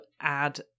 add